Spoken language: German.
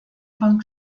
von